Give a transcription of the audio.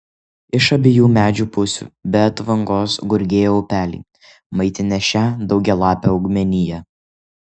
iš abiejų medžių pusių be atvangos gurgėjo upeliai maitinę šią daugialapę augmeniją